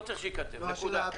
לא צריך שייכתב, נקודה.